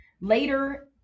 later